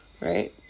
Right